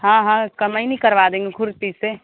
हाँ हाँ कमैनी करवा देंगे खुर्पी से